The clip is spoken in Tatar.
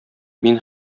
мин